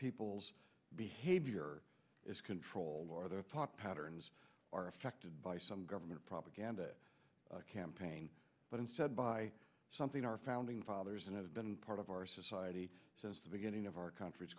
people's behavior is controlled or their thought patterns are affected by some government propaganda campaign but instead by something our founding fathers and have been part of our society since the beginning of our country